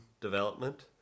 development